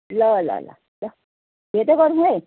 ल ल ल ल भेट्दै गरौँ है